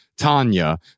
Tanya